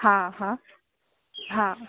हा हा हा